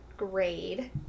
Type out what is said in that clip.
grade